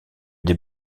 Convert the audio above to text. des